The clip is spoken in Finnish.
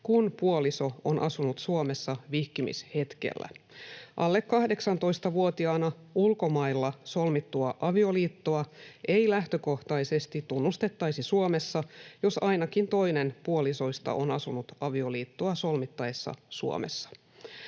kun puoliso on asunut Suomessa vihkimishetkellä. Alle 18-vuotiaana ulkomailla solmittua avioliittoa ei lähtökohtaisesti tunnustettaisi Suomessa, jos ainakin toinen puolisoista on asunut avioliittoa solmittaessa Suomessa.